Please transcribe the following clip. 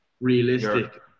realistic